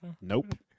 Nope